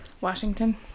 Washington